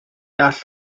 all